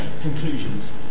conclusions